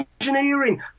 engineering